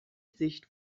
sicht